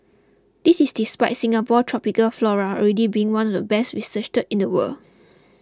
this is despite Singapore tropical flora already being one of the best researched in the world